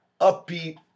upbeat